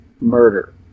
murder